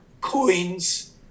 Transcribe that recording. coins